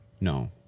no